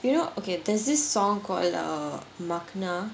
you know okay there's this song called err makna